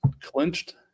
clinched –